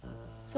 err